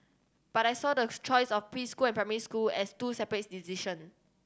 but I saw the choice of preschool and primary school as two separate decision